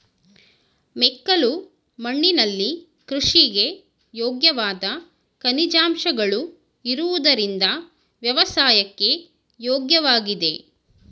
ಮೆಕ್ಕಲು ಮಣ್ಣಿನಲ್ಲಿ ಕೃಷಿಗೆ ಯೋಗ್ಯವಾದ ಖನಿಜಾಂಶಗಳು ಇರುವುದರಿಂದ ವ್ಯವಸಾಯಕ್ಕೆ ಯೋಗ್ಯವಾಗಿದೆ